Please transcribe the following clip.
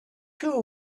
too